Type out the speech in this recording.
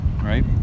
Right